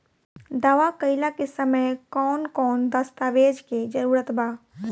दावा कईला के समय कौन कौन दस्तावेज़ के जरूरत बा?